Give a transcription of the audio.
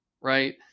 right